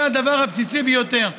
זה הדבר הבסיסי ביותר.